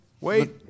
Wait